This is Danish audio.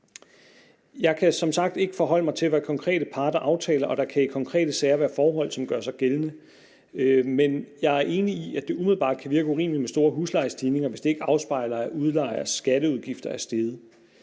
som sagt ikke forholde mig til, hvad konkrete parter aftaler, og der kan i konkrete sager være forhold, som gør sig gældende. Men jeg er enig i, at det umiddelbart kan virke urimeligt med store huslejestigninger, hvis de ikke afspejler, at udlejers skatteudgifter er steget.